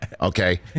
okay